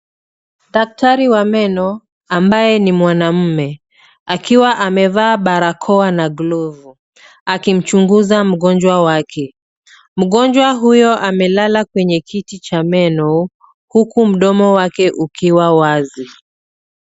Daktari wa meno ambaye ni mwanaume, akiwa amevaa barakoa na glovu, akimchunguza mgonjwa wake. Mgonjwa huyo amelala kwenye kiti cha meno huku mdomo wake ukiwa wazi.